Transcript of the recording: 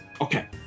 Okay